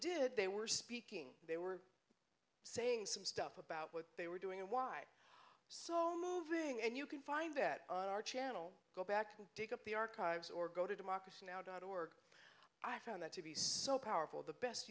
did they were speaking they were saying some stuff about what they were doing and why so moving and you can find that on our channel go back and take up the archives or go to democracy now dot org i found that to be so powerful the best